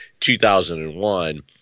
2001